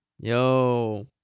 Yo